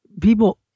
People